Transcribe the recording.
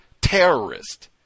terrorist